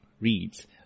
reads